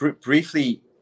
briefly